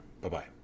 Bye-bye